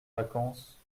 vacances